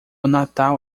natal